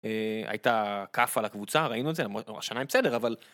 הייתה כאפה לקבוצה, ראינו את זה, השנה הם בסדר אבל.